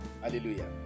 Hallelujah